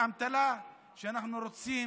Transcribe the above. באמתלה שרוצים